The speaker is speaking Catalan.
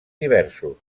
diversos